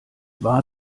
war